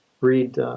read